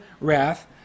wrath